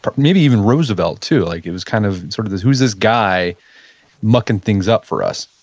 but maybe even roosevelt too. like it was kind of, sort of who's this guy mucking things up for us?